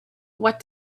what